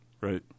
Right